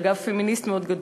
אגב פמיניסט מאוד גדול,